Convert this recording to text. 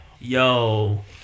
Yo